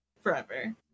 forever